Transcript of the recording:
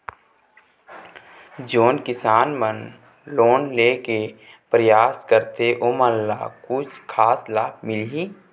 जोन किसान मन लोन लेहे के परयास करथें ओमन ला कछु खास लाभ मिलही?